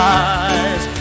eyes